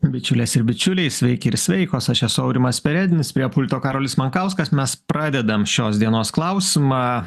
bičiulės ir bičiuliai sveiki ir sveikos aš esu aurimas perednis prie pulto karolis mankauskas mes pradedam šios dienos klausimą